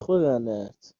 خورنت